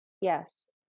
Yes